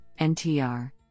NTR